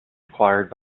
acquired